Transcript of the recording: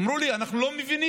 אמרו לי: אנחנו לא מבינים,